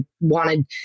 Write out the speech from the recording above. wanted